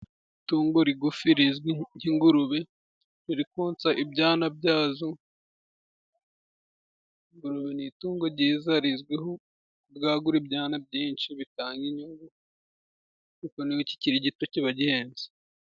Itungo rigufi rizwi nk'ingurube riri konsa ibyana byazo. Ingurube ni itungo ryiza rizwiho kubwagura ibyana byinshi, bitanga inyungu kuko niyo kikiri gito kiba gihenze.